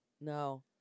No